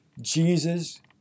Jesus